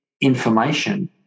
information